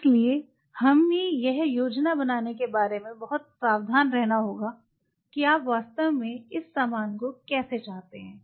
इसलिए हमें यह योजना बनाने के बारे में बहुत सावधान रहना होगा कि आप वास्तव में इस सामान को कैसे चाहते हैं